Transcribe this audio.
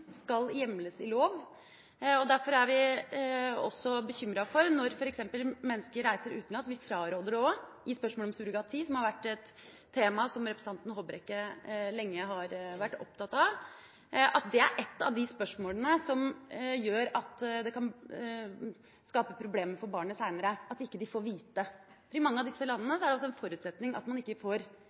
skal hjemles i lov. Derfor er vi også bekymret for at når f.eks. mennesker reiser utenlands – vi fraråder det også i spørsmålet om surrogati, som har vært et tema som representanten Håbrekke lenge har vært opptatt av – så er det én av de utfordringene som kan skape problemer for barnet senere, ved at de ikke får vite. I mange av disse landene er det også en forutsetning at man ikke får